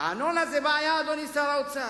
אדוני שר האוצר,